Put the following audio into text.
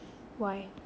why